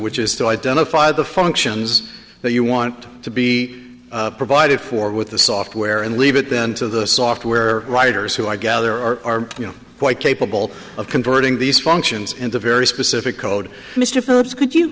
which is to identify the functions that you want to be provided for with the software and leave it then to the software writers who i gather are you know quite capable of converting these functions into very specific code mr phillips could you